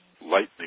lightning